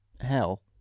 hell